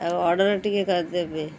ଆଉ ଅର୍ଡ଼ର ଟିକିଏ କରିଦେବେ